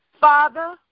Father